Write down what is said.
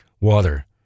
Water